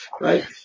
Right